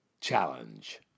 challenge